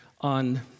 on